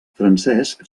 francesc